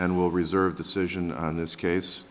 and will reserve decision on this case